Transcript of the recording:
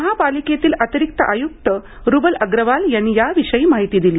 महापालिकेतील अतिरिक्त आयुक्त रुबल अग्रवाल यांनी याविषयी माहिती दिली